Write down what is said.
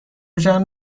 جمع